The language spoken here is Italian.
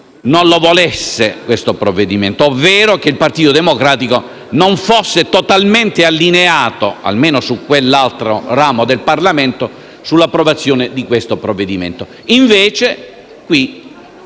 non lo volesse, questo provvedimento, ovvero che il Partito Democratico non fosse totalmente allineato, almeno in quell'altro ramo del Parlamento, sull'approvazione di questo provvedimento. Qui